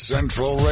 Central